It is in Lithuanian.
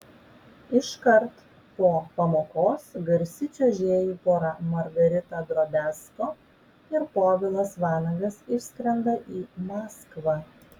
iškart po pamokos garsi čiuožėjų pora margarita drobiazko ir povilas vanagas išskrenda į maskvą